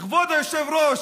כבוד היושב-ראש,